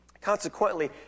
Consequently